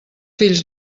fills